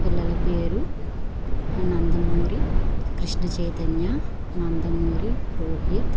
పిల్లల పేరు నందమూరి కృష్ణ చైతన్య నందమూరి రోహిత్